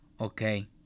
okay